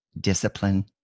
discipline